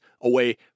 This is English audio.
away